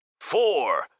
four